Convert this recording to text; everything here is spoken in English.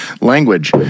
language